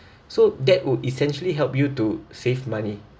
so that would essentially help you to save money